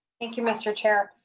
thank you. mister chair.